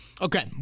okay